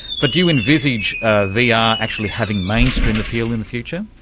but do you envisage ah vr yeah ah actually having mainstream appeal in the future?